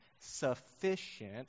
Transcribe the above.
sufficient